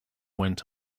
went